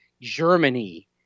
Germany